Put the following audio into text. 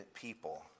people